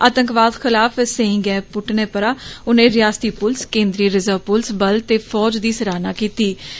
आतंकवाद खलाफ सेहई गैं पुटने परा उने रियासती पुलस केन्द्रीय रिजर्व पुलस बल ते फौज दी सराहना किती